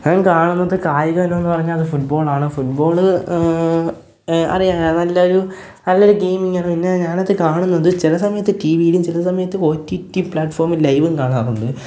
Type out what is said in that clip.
ഞാൻ കാണുന്നത് കായിക വിനോദമെന്നു പറഞ്ഞാൽ അത് ഫുട്ബോളാണ് ഫുട്ബോൾ അറിയാലോ നല്ലൊരു നല്ലൊരു ഗെയിമിംങ്ങാണ് പിന്നെ ഞാൻ അത് കാണുന്നത് ചില സമയത്ത് ടി വിയിലും ചില സമയത്ത് ഓ ടി ടി പ്ലാറ്റ്ഫോമിൽ ലൈവും കാണാറുണ്ട്